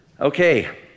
Okay